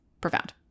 profound